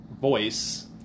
voice